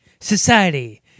Society